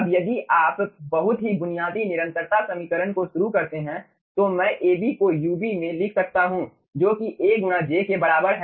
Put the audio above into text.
अब यदि आप बहुत ही बुनियादी निरंतरता समीकरण से शुरू करते हैं तो मैं Ab को ub में लिख सकता हूं जो A गुणा j के बराबर है